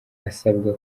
asabwa